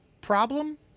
problem